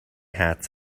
hats